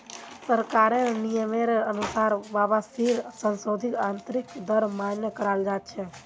सरकारेर नियमेर अनुसार वापसीर संशोधित आंतरिक दर मान्य कराल जा छे